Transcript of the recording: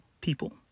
people